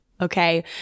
Okay